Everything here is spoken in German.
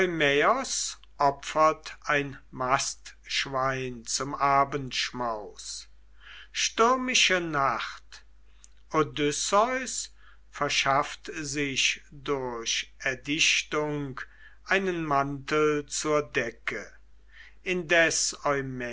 opfert ein mastschwein zum abendschmaus stürmische nacht odysseus verschafft sich durch erdichtung einen mantel zur decke indes